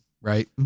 Right